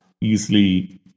easily